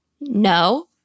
No